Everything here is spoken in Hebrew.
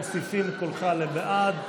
מוסיפים את קולך בעד.